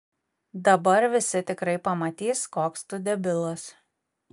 dabar visi tikrai pamatys koks tu debilas